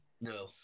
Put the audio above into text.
no